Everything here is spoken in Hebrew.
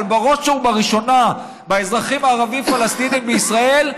אבל בראש ובראשונה באזרחים הערבים הפלסטינים בישראל,